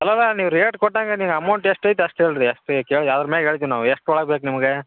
ಅಲ್ಲಲ್ಲಾ ನೀವು ರೇಟ್ ಕೊಟ್ಟಂಗ ನೀವು ಅಮೌಂಟ್ ಎಷ್ಟು ಐತಿ ಅಷ್ಟು ಹೇಳಿ ರೀ ಅಷ್ಟೇ ಕೇಳಿ ಅವ್ರ ಮ್ಯಾಗ ಹೇಳ್ತೀವಿ ನಾವು ಎಷ್ಟ್ರ ಒಳಗೆ ಬೇಕು ನಿಮ್ಗೆ